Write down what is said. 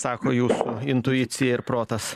sako jūsų intuicija ir protas